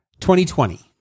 2020